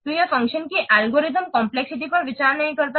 तो यह फ़ंक्शन की एल्गोरिथ्म कम्प्लेक्सिटी पर विचार नहीं करता है